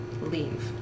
leave